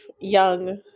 young